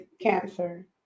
cancer